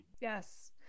yes